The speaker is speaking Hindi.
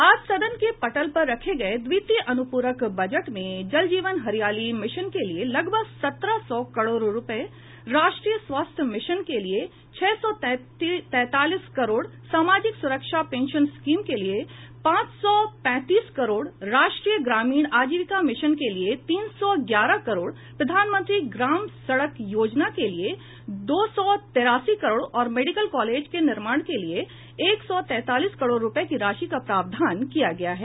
आज सदन के पटल पर रखे गये द्वितीय अनुपूरक बजट में जल जीवन हरियाली मिशन के लिए लगभग सत्रह सौ करोड़ रुपए राष्ट्रीय स्वास्थ्य मिशन के लिए छह सौ तैंतालीस करोड सामाजिक सुरक्षा पेंशन स्कीम के लिए पांच सौ पैंतीस करोड़ राष्ट्रीय ग्रामीण आजीविका मिशन के लिए तीन सौ ग्यारह करोड़ प्रधानमंत्री ग्राम सड़क योजना के लिए दो सौ तेरासी करोड़ और मेडिकल कॉलेजों के निर्माण के लिए एक सौ तैंतालीस करोड़ रूपए की राशि का प्रावधान किया गया है